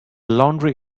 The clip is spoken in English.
laundry